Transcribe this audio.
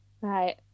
Right